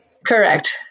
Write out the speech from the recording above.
Correct